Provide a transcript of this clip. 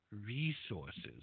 resources